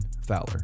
Fowler